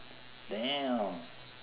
damn